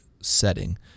setting